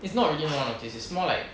it's not really no one notice it's more like